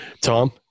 Tom